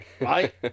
right